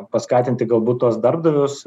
paskatinti galbūt tuos darbdavius